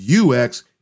UX